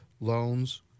loans